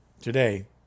today